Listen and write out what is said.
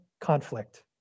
conflict